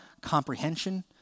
comprehension